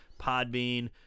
Podbean